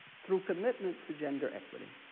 through commitment to gender equity,